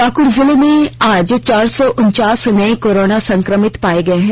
पाकुड जिले में आज चार सौ उनचास नए कोरोना संक्रमित पाये गए हैं